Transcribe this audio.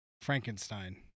Frankenstein